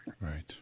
Right